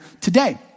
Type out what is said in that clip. today